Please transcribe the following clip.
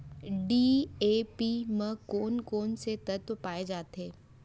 DAP म कोन कोन से तत्व पाए जाथे?